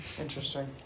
Interesting